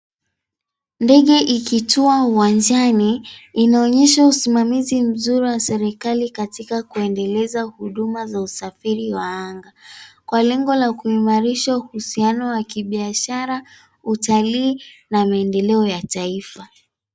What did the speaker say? Ndege ikitua uwanjani, inaonyesha usimamizi mzuri wa serikali katika kuendeleza huduma za usafiri wa anga kwa lengo la kuimarisha uhusiano wa kibiashara, utalii na maendeleo ya taifa.